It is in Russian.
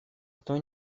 кто